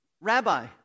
Rabbi